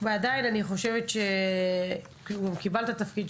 ועדיין, אני לא יודעת אם